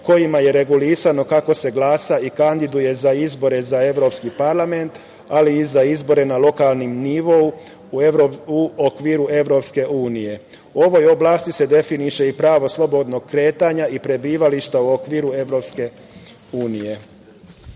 kojima je regulisano kako se glasa i kandiduje za izbore za Evropski parlament, ali i za izbore na lokalnom nivou u okviru EU.U ovoj oblasti se definiše i pravo slobodnog kretanja i prebivališta u okviru EU. Da bi